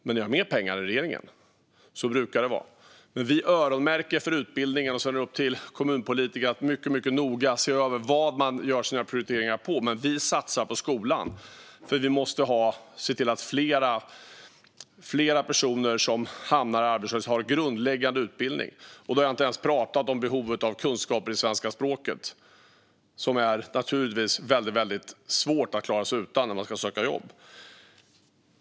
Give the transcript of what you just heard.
Men ni har mer pengar än regeringen, och så brukar det vara. Men vi öronmärker för utbildningen, och sedan är det upp till kommunpolitiker att mycket noga se över vad man gör sina prioriteringar på. Vi satsar på skolan, för vi måste se till att fler har grundläggande utbildning för att inte hamna i arbetslöshet. Då har jag inte ens berört behovet av kunskaper i svenska språket, som det naturligtvis är svårt att klara sig utan när man ska söka jobb.